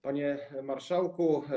Panie Marszałku!